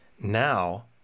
Now